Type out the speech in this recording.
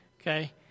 okay